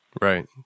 Right